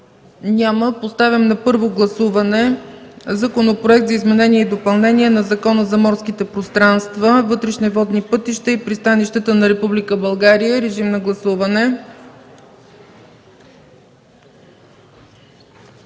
Няма. Поставям на първо гласуване Законопроекта за изменение и допълнение на Закона за морските пространства, вътрешните водни пътища и пристанищата на Република България. Гласуваме.